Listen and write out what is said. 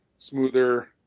smoother